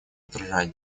отражает